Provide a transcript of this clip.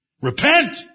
Repent